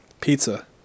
Pizza